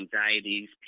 anxieties